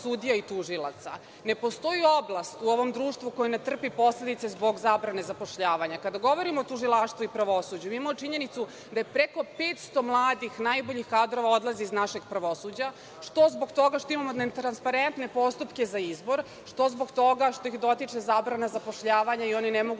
i tužilaca. Ne postoji oblast u ovom društvu koja ne trpi posledice zbog zabrane zapošljavanja. Kada govorimo o tužilaštvu i pravosuđu, imamo činjenicu da preko 500 mladih najboljih kadrova odlazi iz našeg pravosuđa, što zbog toga što imamo netransparentne postupke za izbor, što zbog toga što ih dotiče zabrana zapošljavanja i oni ne mogu